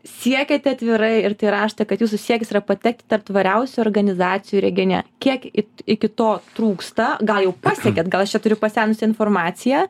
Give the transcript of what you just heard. siekiate atvirai ir tai rašote kad jūsų siekis yra patekti tarp tvariausių organizacijų regione kiek į iki to trūksta gal jau pasiekėt gal aš čia turiu pasenusią informaciją